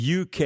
UK